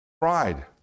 Pride